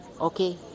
Okay